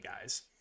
guys